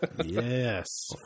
yes